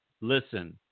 listen